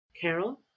carol